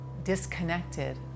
disconnected